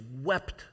wept